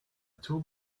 told